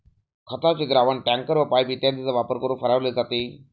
खताचे द्रावण टँकर व पाइप इत्यादींचा वापर करून फवारले जाते